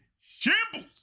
shambles